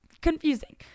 confusing